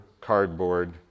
cardboard